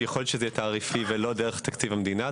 יכול להיות שזה יהיה תעריפי ולא דרך תקציב המדינה.